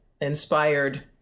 inspired